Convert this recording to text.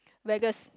Vegas